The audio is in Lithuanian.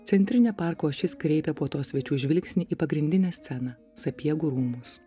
centrinė parko ašis kreipė puotos svečių žvilgsnį į pagrindinę sceną sapiegų rūmus